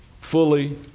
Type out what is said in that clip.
fully